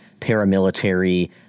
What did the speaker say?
paramilitary